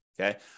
Okay